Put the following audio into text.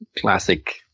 classic